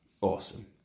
Awesome